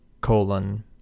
colon